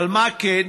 אבל מה כן?